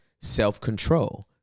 self-control